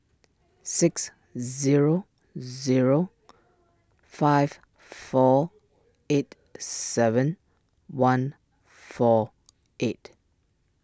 six zero zero five four eight seven one four eight